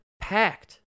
Packed